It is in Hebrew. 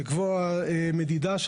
לקבוע מדידה.